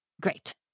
Great